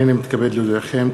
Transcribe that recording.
הנני מתכבד להודיעכם,